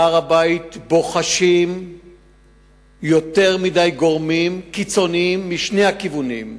בהר-הבית בוחשים יותר מדי גורמים קיצוניים משני הכיוונים.